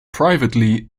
privately